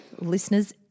listeners